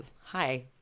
Hi